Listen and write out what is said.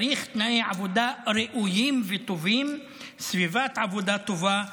צריך תנאי עבודה ראויים וטובים וסביבת עבודה טובה.